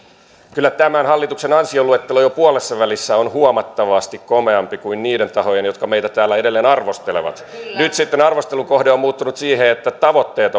kyllä tämän hallituksen ansioluettelo jo puolessavälissä on huomattavasti komeampi kuin niiden tahojen jotka meitä täällä edelleen arvostelevat nyt sitten arvostelun kohde on muuttunut siihen että tavoitteet